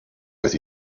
with